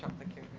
thank you